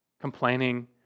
complaining